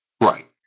Right